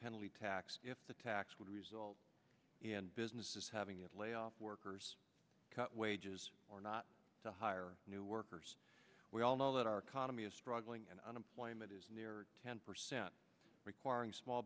penalty tax the tax would result in businesses having a lay off workers cut wages or not to hire new workers we all know that our economy is struggling and unemployment is near ten percent requiring small